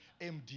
MD